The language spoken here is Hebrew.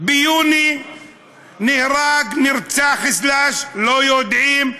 ביוני נהרג, נרצח/לא יודעים,